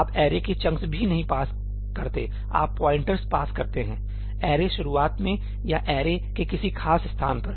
आप ऐरे के चंक्स भी नहीं पास करते हैं आप पॉइंटर्स पास करते हैं ऐरे शुरुआत में या ऐरे के किसी खास स्थान पर